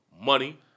Money